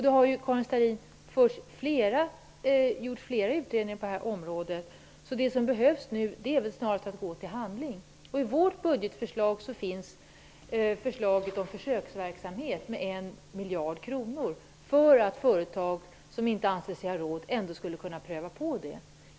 Det har ju, Karin Starrin, gjorts flera utredningar på detta område. Det som behövs nu är väl snarast att man går till handling. I vårt budgetförslag finns förslag om 1 miljard kronor till försöksverksamhet. Företag som inte anser sig ha råd med en förkortad arbetstid skulle då ändå kunna prova på det.